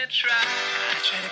try